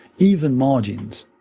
even margins,